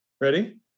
ready